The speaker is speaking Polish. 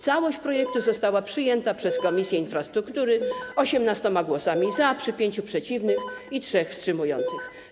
Całość projektu została przyjęta przez Komisję Infrastruktury 18 głosami za, przy 5 przeciwnych i 3 wstrzymujących.